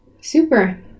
Super